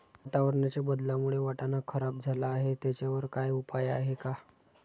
वातावरणाच्या बदलामुळे वाटाणा खराब झाला आहे त्याच्यावर काय उपाय आहे का?